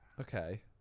Okay